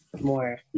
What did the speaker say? more